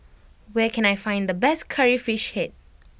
where can I find the best Curry Fish Head